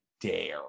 dare